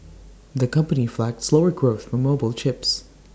the company flagged slower growth for mobile chips